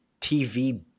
TV